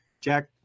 jack